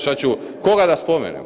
Što ću, koga da spomenem?